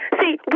See